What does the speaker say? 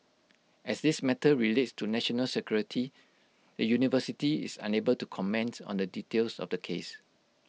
as this matter relates to national security the university is unable to comment on the details of the case